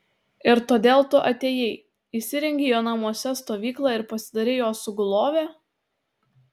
ir todėl tu atėjai įsirengei jo namuose stovyklą ir pasidarei jo sugulove